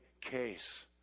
case